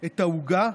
את העוגה,